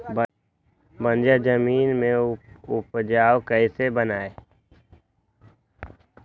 बंजर जमीन को उपजाऊ कैसे बनाय?